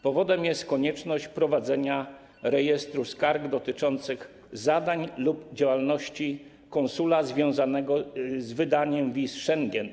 Powodem jest konieczność prowadzenia rejestru skarg dotyczących zadań lub działalności konsula związanych z wydaniem wiz Schengen.